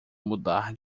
mudar